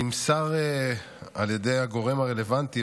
נמסר על ידי הגורם הרלוונטי,